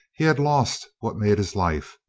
he had lost what made his life.